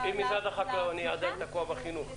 אם משרד החקלאות מסכים אז אנחנו